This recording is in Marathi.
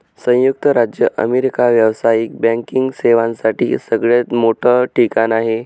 संयुक्त राज्य अमेरिका व्यावसायिक बँकिंग सेवांसाठी सगळ्यात मोठं ठिकाण आहे